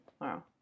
Wow